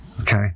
Okay